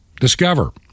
discover